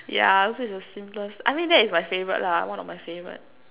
yeah so it's the simplest I mean that is my favorite lah one of my favorite